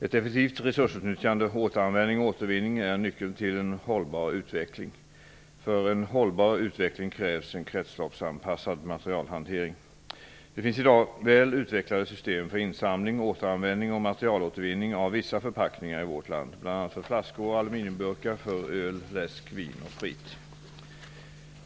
Ett effektivt resursutnyttjande, återanvändning och återvinning är nyckeln till en hållbar utveckling. För en hållbar utveckling krävs en kretsloppsanpassad materialhantering. Det finns i dag väl utvecklade system för insamling, återanvändning och materialåtervinning av vissa förpackningar i vårt land, bl.a. för flaskor och aluminiumburkar för öl, läsk, vin och sprit.